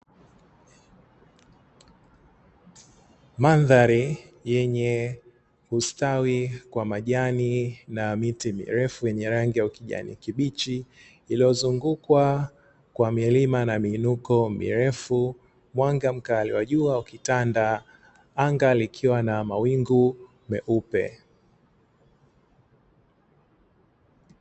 Mandhari yenye ustawi kwa majani na miti mirefu yenye rangi ya kijani kibichi, iliyozungukwa kwa milima na miinuko mirefu, mwanga mkali wa jua ukitanda, anga likiwa na mawingu meupe.